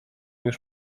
już